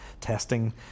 testing